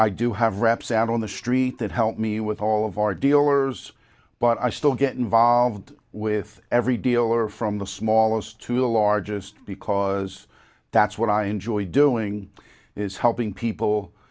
i do have reps out on the street that help me with all of our dealers but i still get involved with every dealer from the smallest to largest because that's what i enjoy doing is helping people